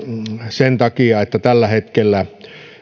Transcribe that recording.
sen takia että tällä hetkellä